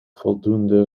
voldoende